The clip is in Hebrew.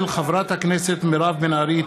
של חברת הכנסת מירב בן ארי.